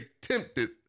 tempted